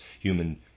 human